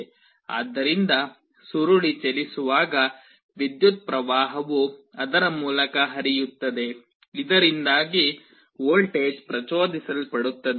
ಆದ್ದರಿಂದ ಸುರುಳಿ ಚಲಿಸುವಾಗ ವಿದ್ಯುತ್ ಪ್ರವಾಹವು ಅದರ ಮೂಲಕ ಹರಿಯುತ್ತದೆ ಇದರಿಂದಾಗಿ ವೋಲ್ಟೇಜ್ ಪ್ರಚೋದಿಸಲ್ಪಡುತ್ತದೆ